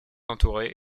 entouré